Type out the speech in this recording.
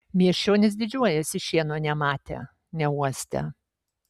miesčionys didžiuojasi šieno nematę neuostę